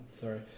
sorry